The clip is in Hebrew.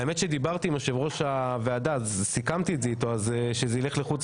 האמת שדיברתי עם יושב ראש הוועדה וסיכמתי איתו שזה יישאר בחוץ